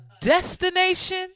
destination